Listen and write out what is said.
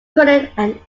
cronin